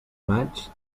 maig